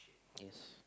it's